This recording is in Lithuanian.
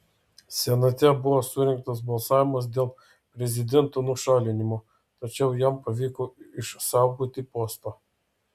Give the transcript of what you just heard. senate buvo surengtas balsavimas dėl prezidento nušalinimo tačiau jam pavyko išsaugoti postą